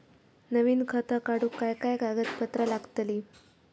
नवीन खाता काढूक काय काय कागदपत्रा लागतली?